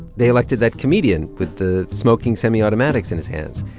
they elected that comedian with the smoking semiautomatics in his hands.